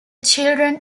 children